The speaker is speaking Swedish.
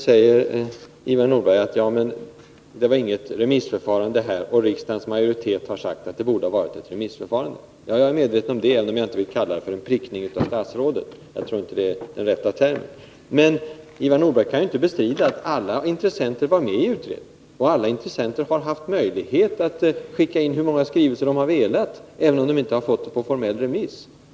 Ivar Nordberg säger att det här inte förekom något remissförfarande och att riksdagens majoritet har uttalat att det borde ha varit ett remissförfarande. Jag är medveten om det, även om jag inte vill kalla det för en prickning av statsrådet — jag tror inte det är den rätta termen. Men Ivar Nordberg kan inte bestrida att alla intressenter var med i utredningen och att alla intressenter har haft möjlighet att skicka in så många skrivelser de har velat, även om de inte har fått ärendet på formell remiss.